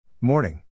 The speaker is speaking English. Morning